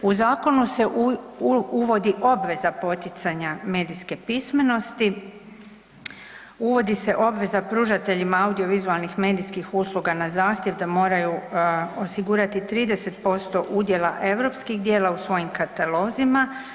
U zakonu se uvodi obveza poticanja medijske pismenosti, uvodi se pružateljima audiovizualnih medijskih usluga na zahtjev da moraju osigurati 30% udjela europskih djela u svojim katalozima.